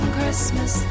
Christmas